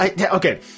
Okay